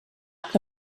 que